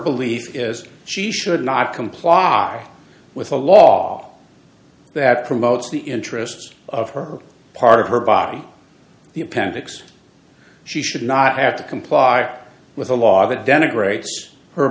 belief is she should not comply with a law that promotes the interests of her part of her body the appendix she should not have to comply with a law that denigrates her